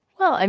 well, and